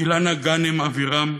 אילנה גאנם אבירם,